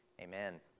Amen